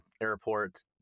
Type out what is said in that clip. airport